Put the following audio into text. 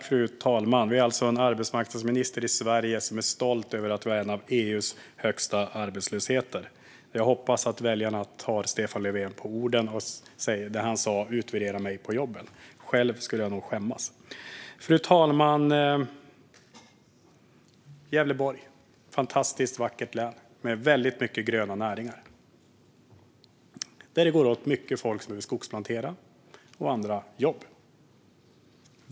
Fru talman! Vi har alltså en arbetsmarknadsminister i Sverige som är stolt över att vi har en arbetslöshet som är en av EU:s högsta. Jag hoppas att väljarna tar Stefan Löfven på orden när han sa: Utvärdera mig på jobben! Själv skulle jag nog skämmas. Fru talman! Gävleborg är ett fantastiskt vackert län med väldigt mycket gröna näringar. Det går åt mycket folk som behöver skogsplantera och utföra andra jobb.